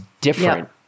different